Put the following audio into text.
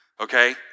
okay